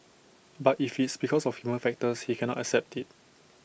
but if it's because of human factors he cannot accept IT